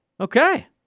Okay